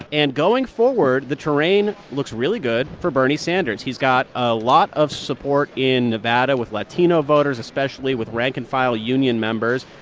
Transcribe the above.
and going forward, the terrain looks really good for bernie sanders. he's got a lot of support in nevada with latino voters, especially with rank-and-file union members.